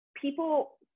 people